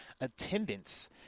attendance